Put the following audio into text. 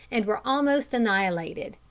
and were almost annihilated.